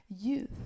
youth